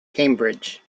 cambridge